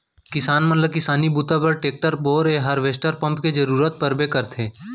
किसान मन ल किसानी बूता बर टेक्टर, बोरए हारवेस्टर मोटर पंप के जरूरत परबे करथे